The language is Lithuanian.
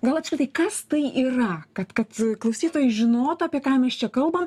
gal apskritai kas tai yra kad kad klausytojai žinotų apie ką mes čia kalbam